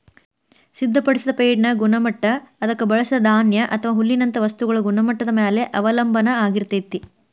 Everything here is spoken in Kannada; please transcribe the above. ಸಿದ್ಧಪಡಿಸಿದ ಫೇಡ್ನ ಗುಣಮಟ್ಟ ಅದಕ್ಕ ಬಳಸಿದ ಧಾನ್ಯ ಅಥವಾ ಹುಲ್ಲಿನಂತ ವಸ್ತುಗಳ ಗುಣಮಟ್ಟದ ಮ್ಯಾಲೆ ಅವಲಂಬನ ಆಗಿರ್ತೇತಿ